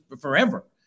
forever